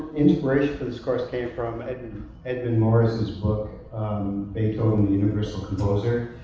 inspiration from this course came from edmund edmund norris's book beethoven the universal composer.